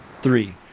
three